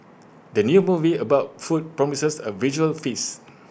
the new movie about food promises A visual feast